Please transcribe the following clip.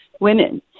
Women